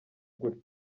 gutyo